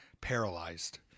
paralyzed